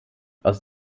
aus